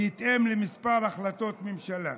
בהתאם לכמה החלטות ממשלה.